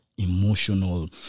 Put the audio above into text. emotional